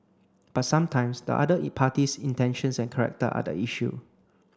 but sometimes the other party's intentions and character are the issue